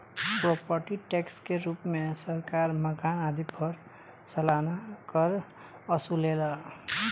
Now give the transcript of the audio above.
property tax के रूप में सरकार मकान आदि पर सालाना कर वसुलेला